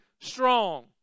strong